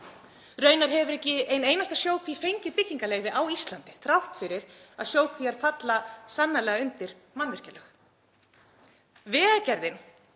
Raunar hefur ekki ein einasta sjókví fengið byggingarleyfi á Íslandi þrátt fyrir að sjókvíar falli sannarlega undir mannvirkjalög.